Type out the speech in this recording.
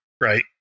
right